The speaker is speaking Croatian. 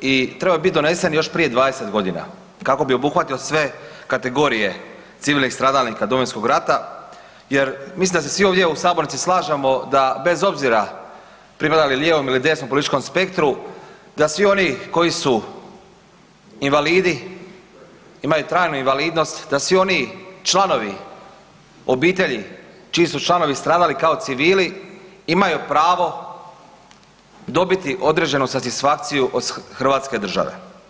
i trebao je biti donesen još prije 20 godina kako bi obuhvatio sve kategorije civilnih stradalnika Domovinskog rata, jer mislim da se svi ovdje u sabornici slažemo da bez obzira pripadali lijevom ili desnom političkom spektru, da svi oni koji su invalidi imaju trajnu invalidnost, da svi oni članovi obitelji, čiji su članovi stradali kao civili imaju pravo dobiti određenu satisfakciju od Hrvatske države.